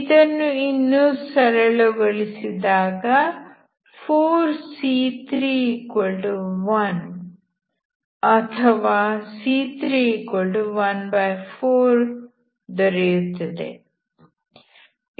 ಇದನ್ನು ಇನ್ನೂ ಸರಳಗೊಳಿಸಿದಾಗ 4c31 ಅಥವಾ c314 ದೊರೆಯುತ್ತದೆ